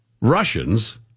Russians